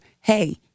hey